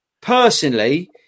personally